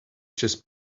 just